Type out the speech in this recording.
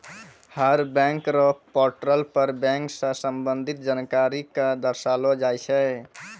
हर bank र portal पर bank स संबंधित जानकारी क दर्शैलो जाय छै